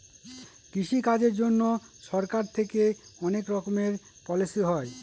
কৃষি কাজের জন্যে সরকার থেকে অনেক রকমের পলিসি হয়